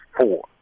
four